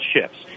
shifts